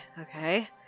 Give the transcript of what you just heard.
Okay